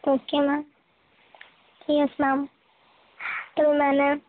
okay ma'am yes ma'am تو میں نے